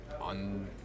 on